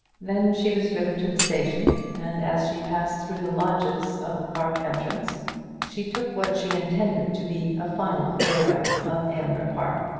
then she was driven to the station and as she passed through the lodges of the park entrance she took what she intended to be a final farewell of aylmer park.